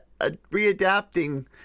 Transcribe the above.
readapting